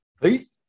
Please